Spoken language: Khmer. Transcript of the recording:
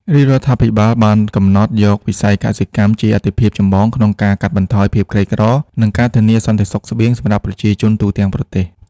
រាជរដ្ឋាភិបាលបានកំណត់យកវិស័យកសិកម្មជាអាទិភាពចម្បង ក្នុងការកាត់បន្ថយភាពក្រីក្រ និងការធានាសន្តិសុខស្បៀងសម្រាប់ប្រជាជនទូទាំងប្រទេស។